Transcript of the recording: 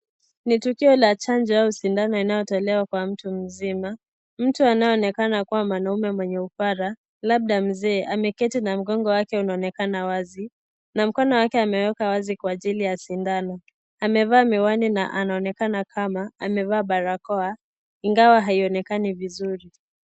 Ni tukio ya chanjo au sindano inayotolewa kwa mtu mzima. Mtu anayeonekana kwamba mwanaume mwenye upara, labda mzee, ameketi na mgongo wake unaonekana wazi. Na mkono wake ameweka wazi kwa ajili ya sindano. Amevaa miwani na anaonekana kama amevaa barakoa, ingawa haionekani vizuri.